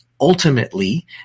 ultimately